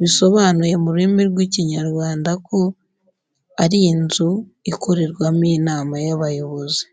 bisobanuye mu rurimi rw'ikinyarwanda ko ari inzu ikorerwamo inama y'abayobozi.